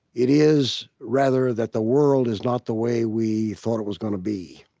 it is rather that the world is not the way we thought it was going to be.